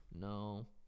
No